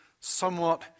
somewhat